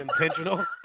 intentional